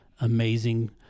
amazing